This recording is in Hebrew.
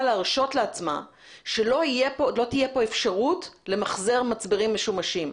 להרשות לעצמה שלא תהיה כאן אפשרות למחזר מצברים משומשים.